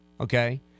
okay